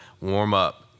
warm-up